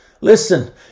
Listen